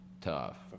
tough